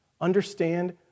understand